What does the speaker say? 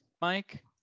Mike